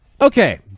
okay